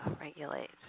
regulate